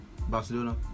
Barcelona